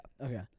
Okay